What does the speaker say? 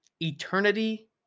Eternity